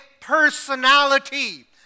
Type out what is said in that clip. personality